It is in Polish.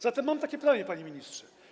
Zatem mam takie pytanie, panie ministrze.